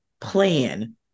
plan